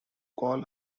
call